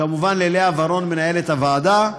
כמובן, ללאה ורון, מנהלת הוועדה.